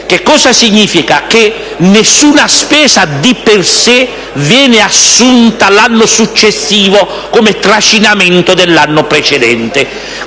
Che cosa significa? Che nessuna spesa, di per sé, viene assunta l'anno successivo come trascinamento dell'anno precedente.